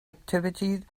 activities